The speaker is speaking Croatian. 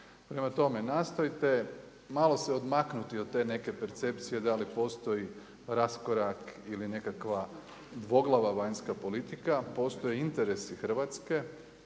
Prema tome, nastojte malo se odmaknuti od te neke percepcije da li postoji raskorak ili nekakva dvoglava vanjska politika. Postoje interesi Hrvatske